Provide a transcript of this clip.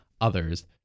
others